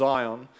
Zion